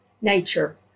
nature